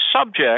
subject